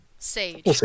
Sage